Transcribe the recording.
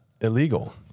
illegal